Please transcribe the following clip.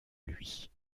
lui